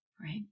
right